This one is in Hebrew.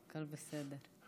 הכול בסדר.